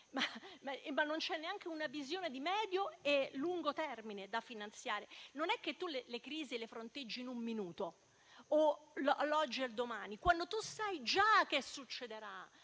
Ma non c'è neanche una visione di medio e lungo termine da finanziare. Le crisi non si fronteggiano in un minuto, dall'oggi al domani, quando sai già che succederanno.